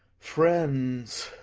friends,